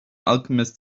alchemist